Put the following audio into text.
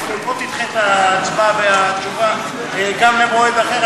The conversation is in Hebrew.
בוא תדחה את ההצבעה והתשובה גם כן למועד אחר,